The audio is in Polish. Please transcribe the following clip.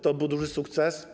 To był duży sukces.